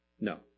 No